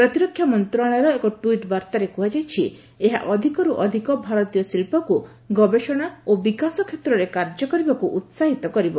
ପ୍ରତିରକ୍ଷା ମନ୍ତ୍ରଶାଳୟର ଏକ ଟ୍ୱିଟ୍ ବାର୍ଭାରେ କୁହାଯାଇଛି ଏହା ଅଧିକରୁ ଅଧିକ ଭାରତୀୟ ଶିଳ୍ପକୁ ଗବେଷଣା ଓ ବିକାଶ କ୍ଷେତ୍ରରେ କାର୍ଯ୍ୟ କରିବାକୁ ଉସାହିତ କରିବ